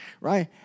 right